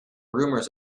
rumors